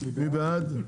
מי בעד?